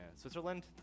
switzerland